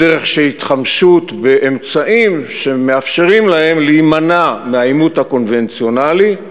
בדרך של התחמשות ואמצעים שמאפשרים להם להימנע מהעימות הקונבנציונלי,